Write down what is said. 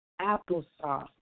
applesauce